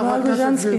תמר גוז'נסקי.